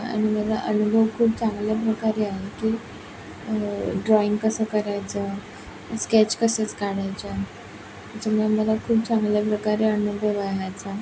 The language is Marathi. आणि मला अनुभव खूप चांगल्या प्रकारे आहे की ड्रॉईंग कसं करायचं स्केच कसं आहे काढायच्या अजूनं मला खूप चांगल्या प्रकारे अनुभव आहे ह्याचा